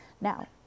Now